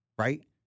Right